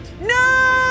No